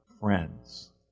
friends